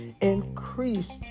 increased